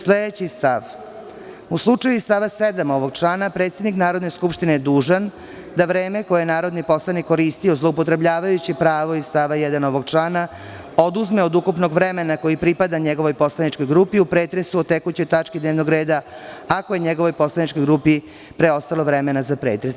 Sledeći stav – U slučaju iz stava 7. ovog člana, predsednik Narodne skupštine je dužan da vreme koje je narodni poslanik koristio zloupotrebljavajući pravo iz stava 1. ovog člana oduzme od ukupnog vremena koji pripada njegovoj poslaničkoj grupi u pretresu o tekućoj tački dnevnog reda, ako je njegovoj poslaničkoj grupi preostalo vremena za pretres.